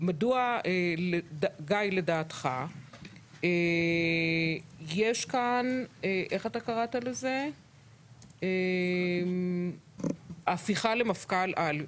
מדוע לדעתך יש כאן הפיכה למפכ"ל על?